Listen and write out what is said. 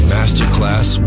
Masterclass